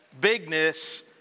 bigness